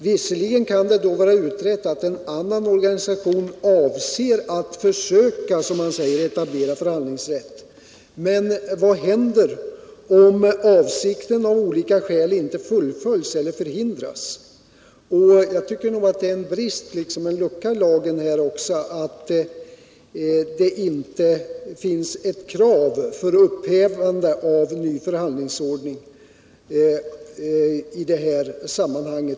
Visserligen kan det vara utrett att en annan organisation avser att försöka, som man säger, etablera förhandlingsrätt: men vad händer om avsikten av olika skäl inte fullföljs elter förhindras? Jag tycker det är en lucka i lagen att det inte finns strängare villkor för upphävande av förhandlingsordningen.